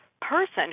person